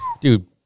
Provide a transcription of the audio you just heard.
dude